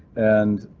and